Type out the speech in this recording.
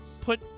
put